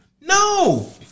No